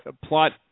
plot